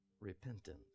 repentance